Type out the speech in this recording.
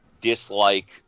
dislike